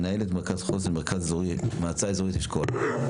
מנהלת מרכז חוסן מועצה אזורית אשכול.